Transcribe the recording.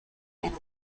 and